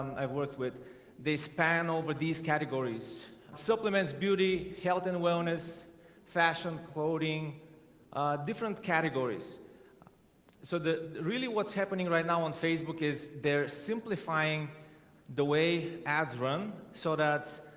i've worked with they span over these categories supplements beauty health and wellness fashion clothing different categories so the really what's happening right now on facebook is they're simplifying the way ads run so that